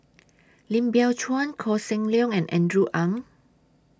Lim Biow Chuan Koh Seng Leong and Andrew Ang